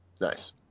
Nice